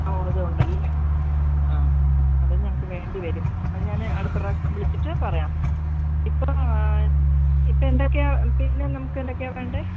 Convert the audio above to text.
ആ അതും ഉണ്ടല്ലേ ആ അതും ഞങ്ങൾക്ക് വേണ്ടിവരും അത് ഞാൻ അടുത്ത പ്രാവശ്യം വിളിച്ചിട്ട് പറയാം ഇപ്പം ഇപ്പം എന്തൊക്കെയാ പിന്നെ നമുക്ക് എന്തൊക്കെയാ വേണ്ടേ